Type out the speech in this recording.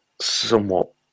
somewhat